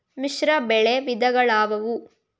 ಮಿಶ್ರಬೆಳೆ ವಿಧಗಳಾವುವು?